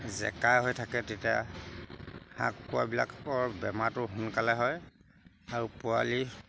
জেকা হৈ থাকে তেতিয়া হাঁহ কুকুৰাবিলাকৰ বেমাৰটো সোনকালে হয় আৰু পোৱালি